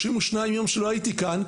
32 יום שלא הייתי כאן,